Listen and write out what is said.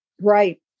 right